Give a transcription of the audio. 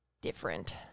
different